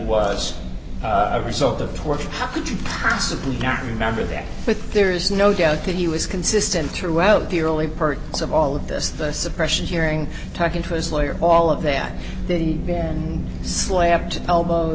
was a result of torture how could you possibly not remember that there is no doubt that he was consistent throughout the early part of all of this the suppression hearing talking to his lawyer all of that the band slapped elbow